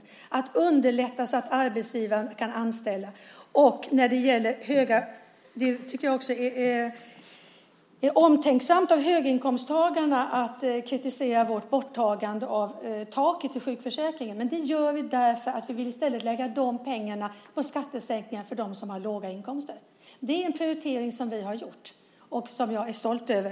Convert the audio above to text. Vi vill underlätta för arbetsgivarna så att de kan anställa. Det är ju omtänksamt av höginkomsttagarna att kritisera vårt borttagande av taket i sjukförsäkringen, men vi gör det för att vi i stället vill lägga de pengarna på skattesänkningar för dem som har låga inkomster. Det är en prioritering som vi gjort och som jag är stolt över.